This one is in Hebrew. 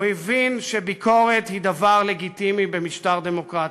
הוא הבין שביקורת היא דבר לגיטימי במשטר דמוקרטי.